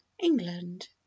England